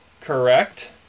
Correct